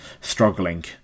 struggling